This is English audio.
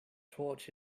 torch